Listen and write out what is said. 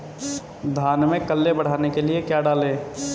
धान में कल्ले बढ़ाने के लिए क्या डालें?